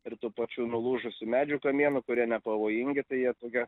ir tų pačių nulūžusių medžių kamienų kurie nepavojingi tai jie tokie